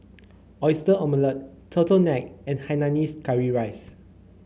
Oyster Omelette turtle nine and Hainanese Curry Rice